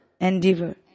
endeavor